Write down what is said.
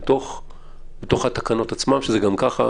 גם חצר של בית כנסת, לצורך העניין.